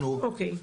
אוקיי.